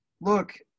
look